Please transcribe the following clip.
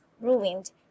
ruined